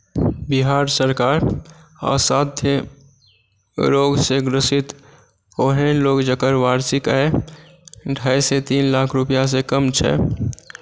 बिहार सरकार असाध्य रोग से ग्रसित ओहन लोग जकर वार्षिक आय ढाई से तीन लाख रुपआसँ कम छै